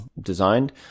designed